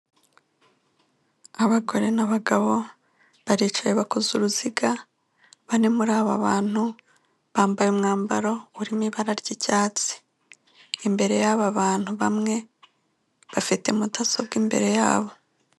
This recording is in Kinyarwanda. Abagore n'abagabo baricaye bakoze uruziga, bane muri aba bantu bambaye umwambaro urimo ibara ry'icyatsi, imbere y'aba bantu bamwe bafite mudasobwa imbere yabo.